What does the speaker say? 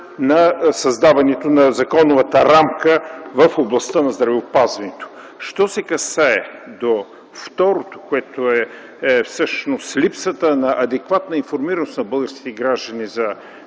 на създаването на законовата рамка в областта на здравеопазването. Що се касае до второто, което всъщност е липсата на адекватна информираност на българските граждани за